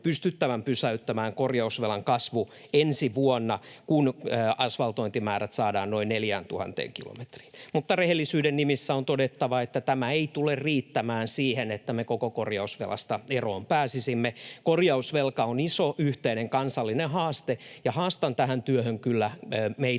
pystyttävän pysäyttämään korjausvelan kasvu ensi vuonna, kun asvaltointimäärät saadaan noin 4 000 kilometriin. Mutta rehellisyyden nimissä on todettava, että tämä ei tule riittämään siihen, että me koko korjausvelasta eroon pääsisimme. Korjausvelka on iso, yhteinen kansallinen haaste, ja haastan tähän työhön kyllä meitä